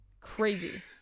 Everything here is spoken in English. Crazy